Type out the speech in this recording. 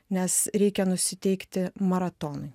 nes reikia nusiteikti maratonui